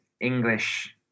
english